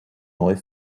neu